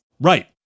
Right